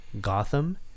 gotham